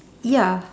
ya